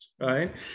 Right